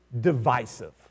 divisive